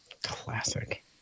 Classic